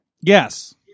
Yes